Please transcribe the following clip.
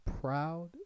proud